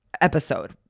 episode